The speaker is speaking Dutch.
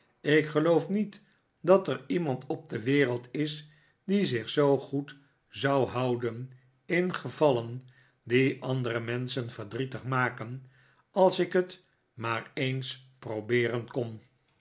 ik geloof niet dat er iemand op de wereld is die zich zoo goed zou houden in gevallen die andere menschen verdrietig maken als ik het maar eens probeeren kon